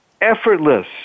effortless